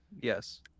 Yes